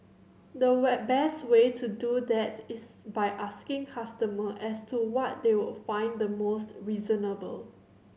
the best way to do that is by asking customer as to what they would find the most reasonable